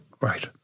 Right